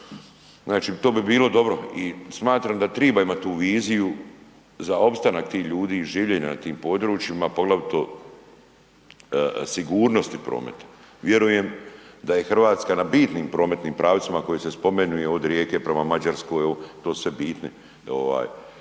to bi bilo dobro. I smatram da triba imati tu viziju za opstanak tih ljudi i življenja na tim područjima poglavito sigurnosti prometa. Vjerujem da je Hrvatska na bitnim prometnim pravcima koji se spominju od Rijeke prema Mađarskoj, to su sve bitni